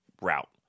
route